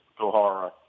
Gohara